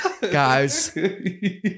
guys